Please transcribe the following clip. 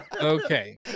Okay